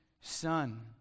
Son